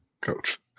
coach